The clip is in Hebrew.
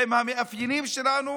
עם המאפיינים שלנו,